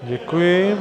Děkuji.